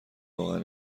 واقعا